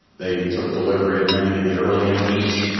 they took delivery of many of the early engines,